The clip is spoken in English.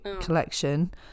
collection